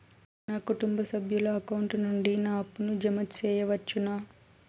నా కుటుంబ సభ్యుల అకౌంట్ నుండి నా అప్పును జామ సెయవచ్చునా?